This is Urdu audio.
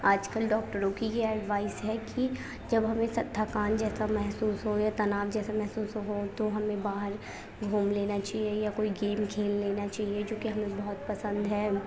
آج کل ڈاکٹروں کی یہ ایڈوائس ہے کہ جب ہمیں تھکان جیسا محسوس ہو یا تناؤ جیسا محسوس ہو تو ہمیں باہر گھوم لینا چاہیے یا کوئی گیم کھیل لینا چاہیے جوکہ ہمیں بہت پسند ہے